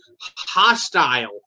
hostile